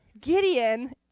Gideon